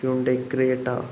Hyundai Creta